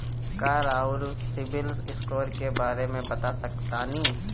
का रउआ CIBIL score के बारे में बता सकतानी?